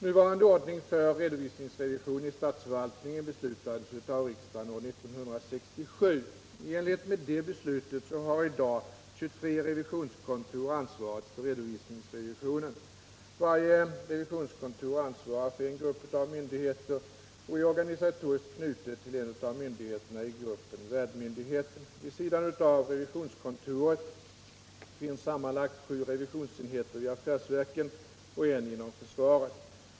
Nuvarande ordning för redovisningsrevision i statsförvaltningen beslutades av riksdagen år 1967 . I enlighet med detta beslut har i dag 23 revisionskontor ansvaret för redovisningsrevisionen. Varje revisionskontor ansvarar för en grupp av myndigheter och är organisatoriskt knutet till en av myndigheterna i gruppen, värdmyndigheten. Vid sidan av revisionskontoren finns sammanlagt sju revisionsenheter vid affärsverken och en inom försvaret.